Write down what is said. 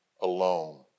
alone